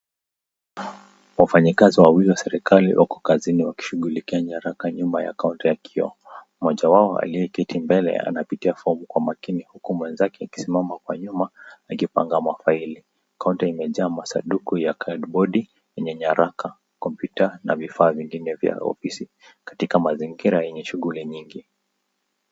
Wafanyikazi wawili wa serikali wako kazini wakishughulikia nyaraka nyumba ya kaunti ya kioo, mmoja wao aliyeketi mbele anapitia fomu kwa makini huku mwenzake akisimama kwa nyuma akipanga mafaili. Kaunta imejaa masanduku ya karne body yenye nyaraka, kompyuta na vifaa vingine vya ofisi katika mazingira yenye shughuli nyingi.